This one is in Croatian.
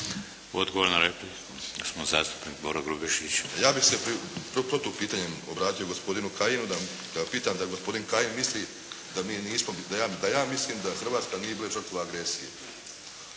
Boro Grubišić. **Grubišić, Boro (HDSSB)** Ja bih se protupitanjem obratio gospodinu Kajinu da pitam da gospodin Kajin misli da ja mislim da Hrvatska nije bila žrtva agresije.